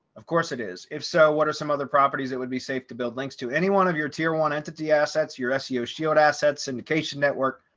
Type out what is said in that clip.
of course it is. if so, what are some other properties it would be safe to build links to any one of your tier one entity assets, your seo shield assets syndication network,